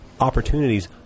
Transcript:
opportunities